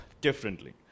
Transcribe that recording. differently